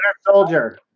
Soldier